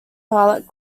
pilot